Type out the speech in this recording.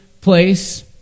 place